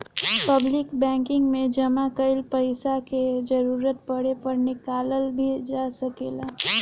public banking में जामा कईल पइसा के जरूरत पड़े पर निकालल भी जा सकेला